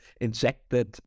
injected